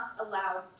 allowed